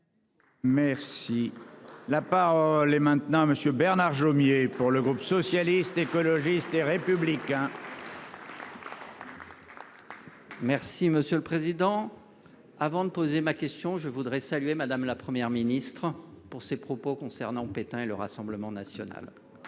Merci. La par les maintenant Monsieur Bernard Jomier. Pour le groupe socialiste. L'écologiste et républicain. Merci monsieur le président avant de poser ma question je voudrais saluer madame, la Première ministre pour ses propos concernant Pétain et le Rassemblement national. Certes,